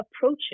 approaches